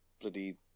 bloody